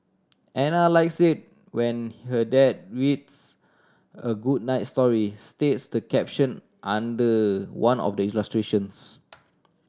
Ana likes it when her dad reads a good night story states the caption under one of the illustrations